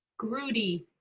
gruddy.